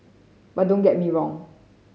but don't get me wrong